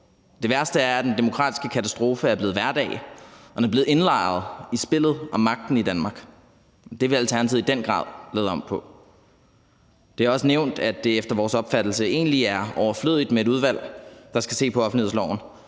Det værste er, at den demokratiske katastrofe er blevet hverdag, og at den er blevet indlejret i spillet om magten i Danmark. Det vil Alternativet i den grad lave om på. Det er også nævnt, at det efter vores opfattelse egentlig er overflødigt med et udvalg, der skal se på offentlighedsloven.